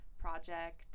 project